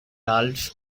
ralph